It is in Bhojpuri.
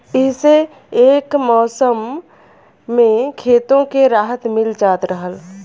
इह्से एक मउसम मे खेतो के राहत मिल जात रहल